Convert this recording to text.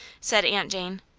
said aunt jane.